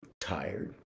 tired